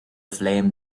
flame